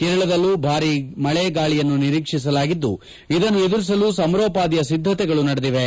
ಕೇರಳದಲ್ಲೂ ಭಾರಿ ಮಳೆ ಗಾಳಿಯನ್ನು ನಿರೀಕ್ಷಿಸಲಾಗಿದ್ದು ಅದನ್ನು ಎದುರಿಸಲು ಸಮರೋಪಾದಿಯ ಸಿದ್ದತೆಗಳು ನಡೆದಿವೆ